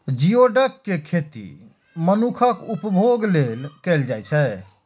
geoduck के खेती मनुक्खक उपभोग लेल कैल जाइ छै